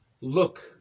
Look